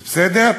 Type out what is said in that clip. זה בסדר?